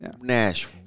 Nash